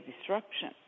disruption